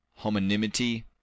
homonymity